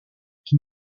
qui